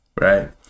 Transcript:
Right